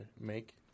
make